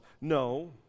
No